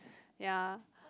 ya